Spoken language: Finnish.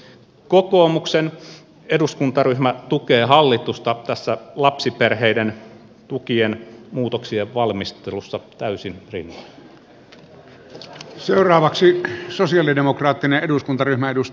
kokoomuksen eduskuntaryhmä tukee hallitusta tässä lapsiperheiden tukien muutoksien valmistelussa täysin rinnoin